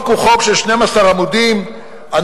הוא בעדך, מראש.